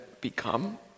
become